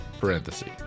parenthesis